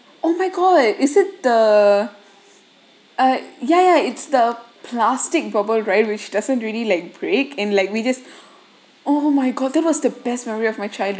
oh my god is it the uh ya ya it's the plastic bubble right which doesn't really like break and like we just oh my god that was the best memory of my child